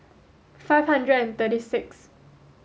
five hundred and thirty six